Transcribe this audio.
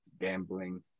gambling